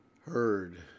heard